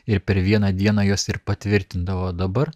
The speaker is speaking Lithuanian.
ir per vieną dieną juos ir patvirtindavo dabar